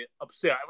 upset